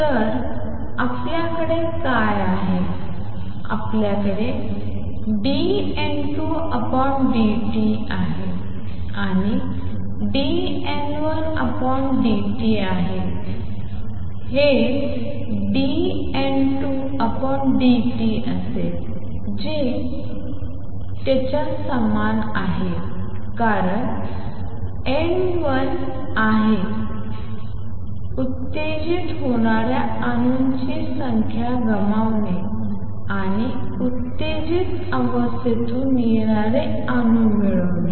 तर आपल्याकडे काय आहे आपल्याकडे dN2dt आहे A21N2 uTN1B12आणि dN1dt हे dN2dt असेल जे A21N2 uTN1B12 च्या समान असेल कारण N1 आहे उत्तेजित होणाऱ्या अणूंची संख्या गमावणे आणि उत्तेजित अवस्थेतून येणारे अणू मिळवणे